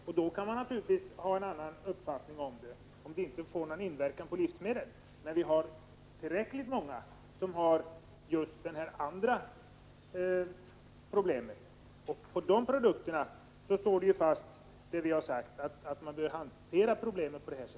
Om behandlingen inte får någon inverkan på livsmedlen kan man naturligtvis ha en annan uppfattning. Men vi har tillräckligt många produkter med just det problemet, och för de produkterna står det vi har sagt om hanteringen av problemen fast.